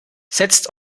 setzt